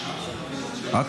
זה לא אני.